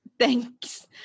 Thanks